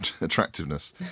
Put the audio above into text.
attractiveness